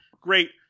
Great